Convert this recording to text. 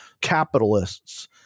capitalists